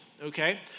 okay